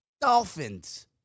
Dolphins